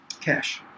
Cash